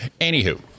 Anywho